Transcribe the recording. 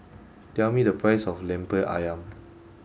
tell me the price of Lemper Ayam